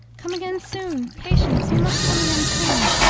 come again soon! patience, you must come again soon!